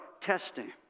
Testing